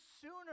sooner